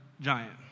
giant